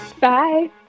Bye